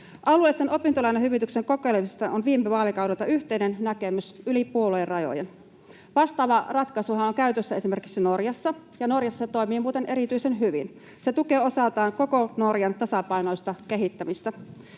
Alueellisen opintolainahyvityksen kokeilemisesta on viime vaalikaudelta yhteinen näkemys yli puoluerajojen. Vastaava ratkaisuhan on käytössä esimerkiksi Norjassa, ja Norjassa se toimii muuten erityisen hyvin. Se tukee osaltaan koko Norjan tasapainoista kehittämistä.